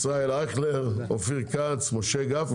ישראל אייכלר, אופיר כץ, משה גפני.